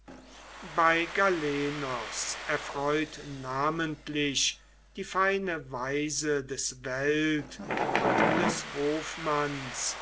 bei galenos erfreut namentlich die feine weise des welt und des hofmanns